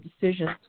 decisions